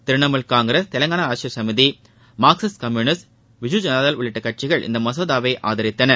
Trinamool Congress Telangana Rashtra Samithi Marxist Communist Biju Janata Dal உள்ளிட்ட கட்சிகள் இந்த மசோதாவை ஆதரித்தன